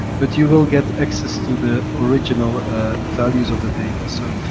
but you will get access to the original values of the data. so,